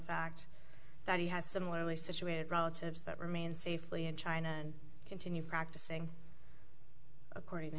fact that he has similarly situated relatives that remain safely in china and continue practicing according to